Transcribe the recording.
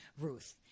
Ruth